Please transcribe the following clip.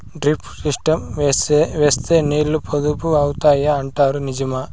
Drip system వేస్తే నీళ్లు పొదుపు అవుతాయి అంటారు నిజమా?